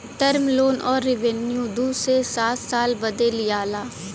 term loan अउर revenue दू से सात साल बदे लिआला